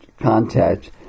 contact